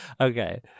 Okay